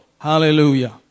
Hallelujah